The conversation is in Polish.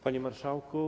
Panie Marszałku!